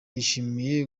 yishimiye